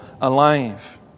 alive